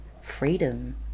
freedom